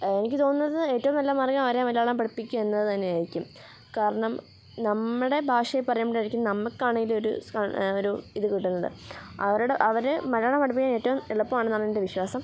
എനിക്ക് തോന്നുന്നത് ഏറ്റവും നല്ല മാർഗ്ഗം അവരെ മലയാളം പഠിപ്പിക്കുക എന്നതു തന്നെ ആയിരിക്കും കാരണം നമ്മുടെ ഭാഷയീ പറയുമ്പോഴായിരിക്കും നമ്മൾക്കാണെങ്കിലും ഒരു ഒരു ഇതു കിട്ടുന്നത് അവരുടെ അവർ മലയാളം പഠിപ്പിക്കാൻ ഏറ്റവും എളുപ്പമാണെന്നാണെൻ്റെ വിശ്വാസം